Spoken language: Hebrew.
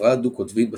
הפרעה דו-קוטבית בספרות